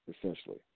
essentially